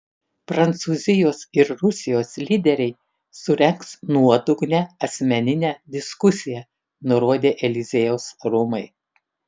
prancūzijos ir rusijos lyderiai surengs nuodugnią asmeninę diskusiją nurodė eliziejaus rūmai